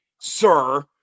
sir